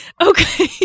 Okay